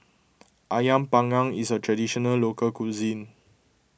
Ayam Panggang is a Traditional Local Cuisine